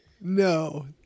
No